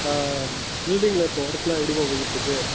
ஆ பில்டிங்ல இப்போது ஒர்க்லாம் எப்படிப்பா போய்கிட்டுருக்குது